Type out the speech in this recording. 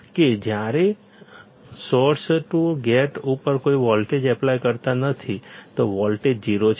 કે જ્યારે આપણે સોર્સ ટુ ગેટ ઉપર કોઈ વોલ્ટેજ એપ્લાય કરતા નથી તો વોલ્ટેજ 0 છે